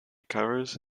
covers